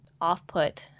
off-put